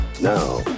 Now